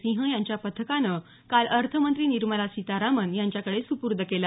सिंह यांच्या पथकानं काल अर्थमंत्री निर्मला सीतारामन यांच्याकडे सुपूर्द केला